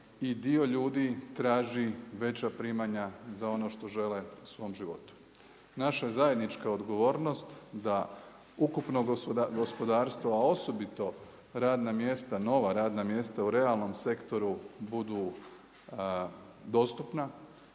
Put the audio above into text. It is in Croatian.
i dio ljudi traži veća primanja za ono što žele u svom životu. Naša zajednička odgovornost da ukupno gospodarstvo, a osobito radna mjesta, nova radna mjesta u realnom sektoru budu dostupna.